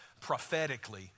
prophetically